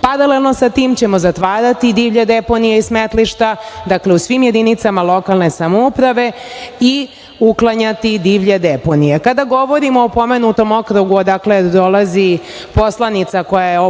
paralelno sa tim ćemo zatvarati divlje deponije i smetlišta, dakle u svim jedinicama lokalne samouprave i uklanjati divlje deponije. Kada govorimo o pomenutom okrugu odakle dolazi poslanica koja je sve